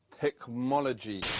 Technology